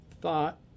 thought